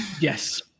Yes